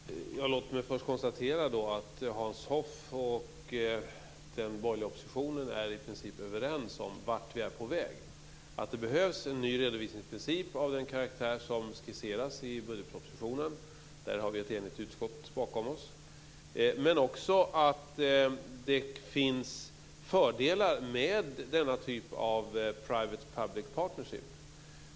Herr talman! Låt mig först konstatera att Hans Hoff och den borgerliga oppositionen i princip är överens om vart vi är på väg. Det står ett enigt utskott bakom att det behövs en ny redovisningsprincip av den karaktär som skisseras i budgetpropositionen och att det finns fördelar med Public Private Partnership.